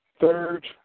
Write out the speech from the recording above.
third